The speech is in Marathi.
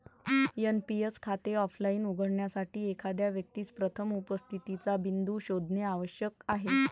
एन.पी.एस खाते ऑफलाइन उघडण्यासाठी, एखाद्या व्यक्तीस प्रथम उपस्थितीचा बिंदू शोधणे आवश्यक आहे